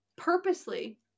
purposely